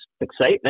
excitement